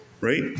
Right